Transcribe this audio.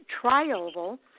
tri-oval